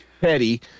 Petty